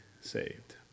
saved